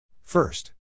First